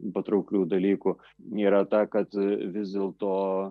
patrauklių dalykų yra ta kad vis dėlto